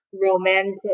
romantic